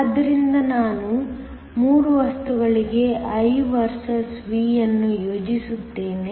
ಆದ್ದರಿಂದ ನಾನು 3 ವಸ್ತುಗಳಿಗೆ I ವರ್ಸಸ್ V ಅನ್ನು ಯೋಜಿಸುತ್ತೇನೆ